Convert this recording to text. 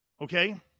Okay